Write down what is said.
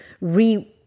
re